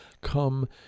come